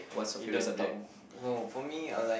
you don't talk oh for me I like